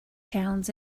towns